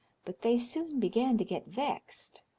but they soon began to get vexed.